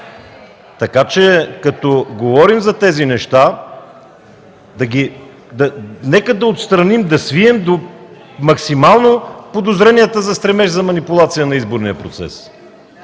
Така че като говорим за тези неща, нека да отстраним, да свием до максимално подозренията за стремеж за манипулация на изборния процес.